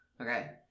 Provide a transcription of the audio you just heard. Okay